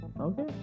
Okay